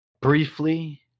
briefly